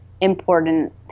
important